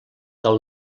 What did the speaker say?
del